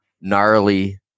gnarly